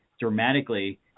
dramatically